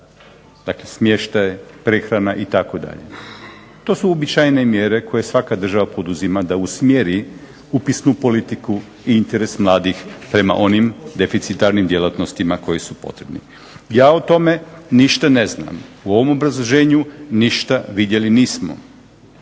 dakle smještaj, prehrana itd. To su uobičajene mjere koje svaka država poduzima da usmjeri upisnu politiku i interes mladih prema onim deficitarnim djelatnostima koje su potrebni. Ja o tome ništa ne znam, u ovom obrazloženju ništa vidjeli nismo.